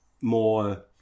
more